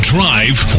Drive